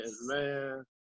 man